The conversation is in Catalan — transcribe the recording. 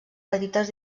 petites